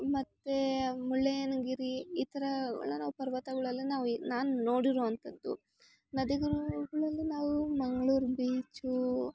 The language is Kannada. ಮತ್ತು ಮುಳ್ಳಯ್ಯನಗಿರಿ ಈ ಥರಗಳನ್ನ ನಾವು ಪರ್ವತಗಳೆಲ್ಲ ನಾವು ಈ ನಾನು ನೋಡಿರುವಂಥದ್ದು ನದಿಗಳಲ್ಲಿ ನಾವು ಮಂಗ್ಳೂರು ಬೀಚು